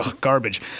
garbage